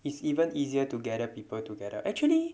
it's even easier to gather people together actually